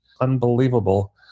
unbelievable